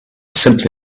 simply